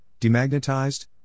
demagnetized